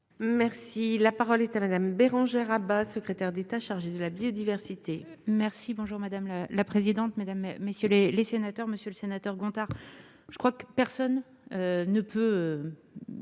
Merci, la parole est à Madame Bérangère Abba, secrétaire d'État chargée de la biodiversité. Merci, bonjour madame la la présidente, mesdames et messieurs les sénateurs, Monsieur le Sénateur Gontard, je crois que personne ne peut.